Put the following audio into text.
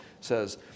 says